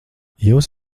jūs